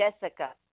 Jessica